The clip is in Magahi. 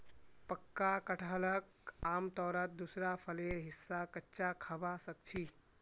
पक्का कटहलक आमतौरत दूसरा फलेर हिस्सा कच्चा खबा सख छि